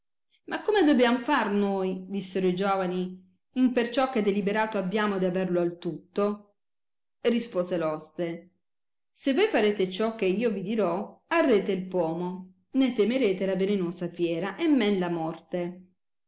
ma come dobbiam far noi dissero i giovani imperciò che deliberato abbiamo di averlo al tutto rispose l oste se voi farete ciò che io vi dirò arrete il pomo né temerete la velenosa fiera e men la morte